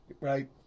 right